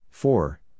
Four